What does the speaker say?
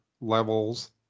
levels